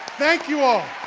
thank you all.